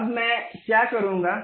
अब मैं क्या करूंगा